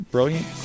Brilliant